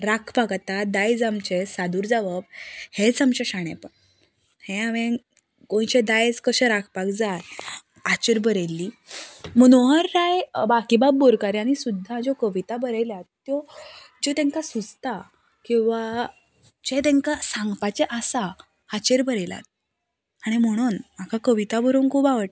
राखपाक आतां दायज आमचें सादूर जावप हेंच आमचें शाणेपण हें हांवें गोंयचें दायज कशें राखपाक जाय हाचेर बरयल्ली मोनोहरराय बाकिबाब बोरकऱ्यानी सुद्दां ज्यो कविता बरयल्यात त्यो ज्यो तेंकां सुचता किंवा जें तेंकां सांगपाचें आसा हाचेर बरयलात आनी म्हणन म्हाका कविता बरोवंक खूब आवडटा